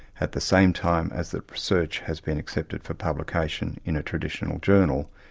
at the same time as that research has been accepted for publication in a traditional journal,